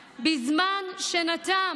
זו לא רק מגפה, זו מכת מדינה,